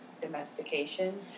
domestication